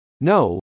No